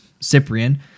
Cyprian